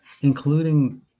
including